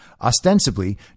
Ostensibly